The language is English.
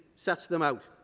sets them out.